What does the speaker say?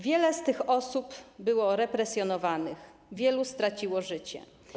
Wiele z tych osób było represjonowanych, wielu straciło życie.